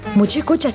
but you could yeah